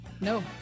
no